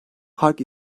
park